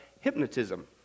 hypnotism